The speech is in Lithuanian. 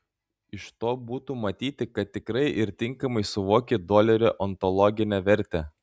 iš to būtų matyti kad tikrai ir tinkamai suvoki dolerio ontologinę vertę